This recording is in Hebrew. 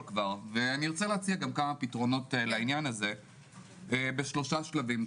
ואני ארצה להציע גם כמה פתרונות לעניין הזה בשלושה שלבים.